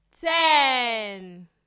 ten